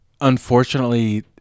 Unfortunately